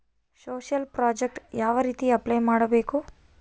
Social project ಯಾವ ರೇತಿ apply ಮಾಡಬೇಕು?